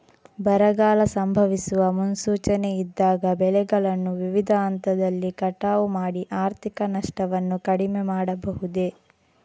ಬರಗಾಲ ಸಂಭವಿಸುವ ಮುನ್ಸೂಚನೆ ಇದ್ದಾಗ ಬೆಳೆಗಳನ್ನು ವಿವಿಧ ಹಂತದಲ್ಲಿ ಕಟಾವು ಮಾಡಿ ಆರ್ಥಿಕ ನಷ್ಟವನ್ನು ಕಡಿಮೆ ಮಾಡಬಹುದೇ?